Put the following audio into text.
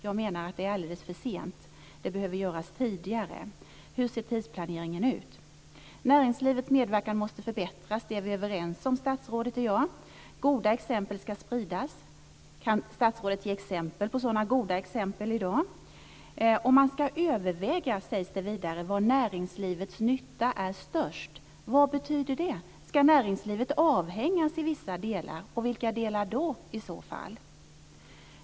Jag menar att det är alldeles för sent; det behöver göras tidigare. Hur ser alltså tidsplaneringen ut? Att näringslivets medverkan måste förbättras är statsrådet och jag överens om. Goda exempel ska spridas. Kan statsrådet ge några sådana goda exempel i dag? Vidare sägs det att man ska överväga var näringslivets nytta är störst. Vad betyder det? Ska näringslivet avhängas i vissa delar? Vilka delar i så fall?